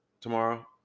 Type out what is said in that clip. tomorrow